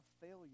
failure